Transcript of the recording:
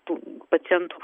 tų pacientų